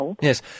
Yes